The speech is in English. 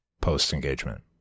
post-engagement